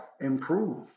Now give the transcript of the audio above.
improve